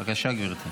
בבקשה, גברתי.